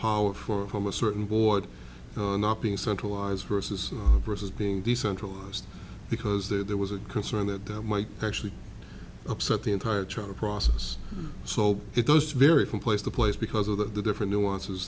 power for from a certain board not being centralized versus versus being decentralized because there was a concern that that might actually upset the entire charter process so it does vary from place to place because of that the different nuances